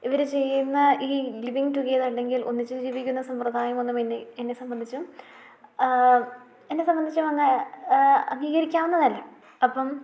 ഇവർ ചെയ്യുന്ന ഈ ലിവിങ് ടുഗെദർ അല്ലെങ്കിൽ ഒന്നിച്ചു ജീവിക്കുന്ന സമ്പ്രദായമൊന്നും എന്നെ എന്നെ സംബന്ധിച്ചും എന്നെ സംബന്ധിച്ചും അങ്ങ് അംഗീകരിക്കാവുന്നതല്ല അപ്പം